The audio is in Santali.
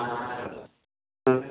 ᱟᱨ